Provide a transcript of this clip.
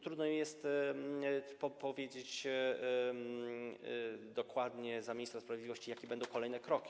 Trudno mi jest powiedzieć dokładnie za ministra sprawiedliwości, jakie będą kolejne kroki.